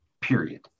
Period